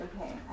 okay